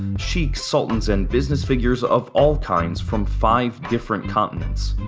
sheiks, sultans, and business figures of all kinds from five different continents.